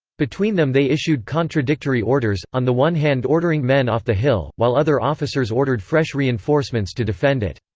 between them they issued contradictory orders, on the one hand ordering men off the hill, while other officers ordered fresh reinforcements to defend it.